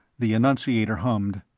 the annunciator hummed.